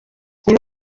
nibo